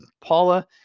Paula